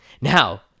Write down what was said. Now